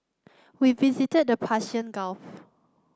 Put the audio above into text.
we visited the Persian Gulf